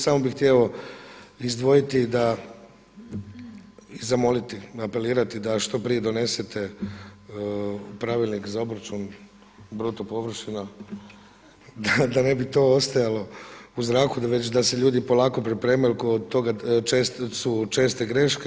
Samo bi htio izdvojiti i zamoliti, apelirati da što prije donesete pravilnik za obračun bruto površina da ne bi to ostajalo u zraku da se već ljudi polako pripremaju jel kod toga su česte greške.